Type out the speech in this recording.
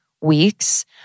weeks